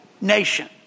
nation